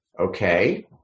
Okay